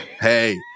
Hey